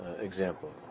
example